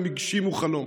הם הגשימו חלום.